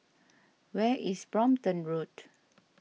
where is Brompton Road